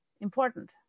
Important